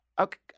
Okay